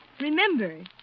remember